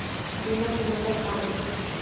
बीमा के मतलब का होथे?